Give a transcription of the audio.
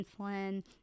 insulin